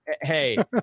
hey